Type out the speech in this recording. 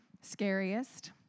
scariest